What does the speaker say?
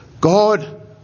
God